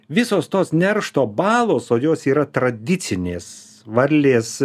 visos tos neršto balos o jos yra tradicinės varlės